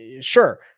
Sure